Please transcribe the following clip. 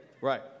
right